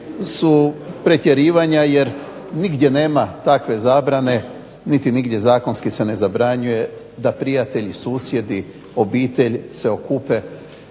su pretjerivanja jer nigdje nema takve zabrane niti nigdje zakonski se ne zabranjuje da prijatelji, susjedi, obitelj se okupe